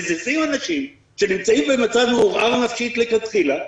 מזיזים אנשים שנמצאים במצב מעורער נפשית לכתחילה,